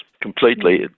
completely